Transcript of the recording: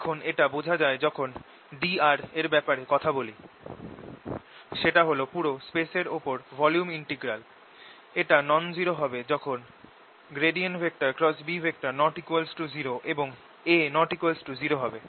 এখন এটা বোঝা যায় যখন dr এর ব্যাপারে কথা বলি সেটা হল পুরো স্পেস এর ওপর ভলিউম ইন্টেগ্রাল এটা নন জিরো হবে যখন B≠0 এবং A≠0 হবে